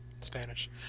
Spanish